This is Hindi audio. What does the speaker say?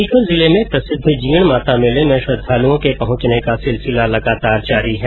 सीकर जिले में प्रसिद्ध जीण माता मेले में श्रद्वालुओं के पहुंचने का सिलसिला लगातार जारी है